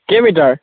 কেইমিটাৰ